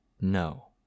no